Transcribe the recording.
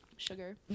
sugar